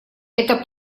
это